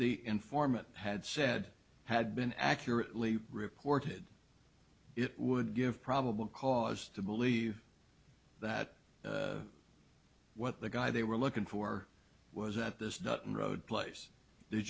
the informant had said had been accurately reported it would give probable cause to believe that what the guy they were looking for was at this not in road place did